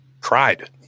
cried